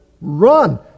run